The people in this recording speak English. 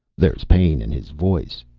there's pain in his voice,